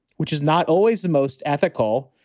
which is not always the most ethical,